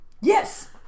Yes